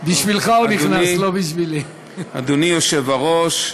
אדוני היושב-ראש,